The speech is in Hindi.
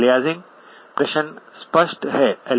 अलियासिंग प्रश्न स्पष्ट है